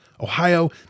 Ohio